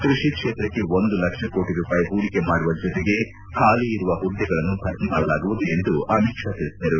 ಕೃಷಿ ಕ್ಷೇತ್ರಕ್ಕೆ ಒಂದು ಲಕ್ಷ ಕೋಟ ರೂಪಾಯಿ ಹೂಡಿಕೆ ಮಾಡುವ ಜೊತೆಗೆ ಖಾಲಿ ಇರುವ ಹುದ್ದೆಗಳನ್ನು ಭರ್ತಿ ಮಾಡಲಾಗುವುದು ಎಂದು ಅಮಿತ್ ಶಾ ತಿಳಿಸಿದರು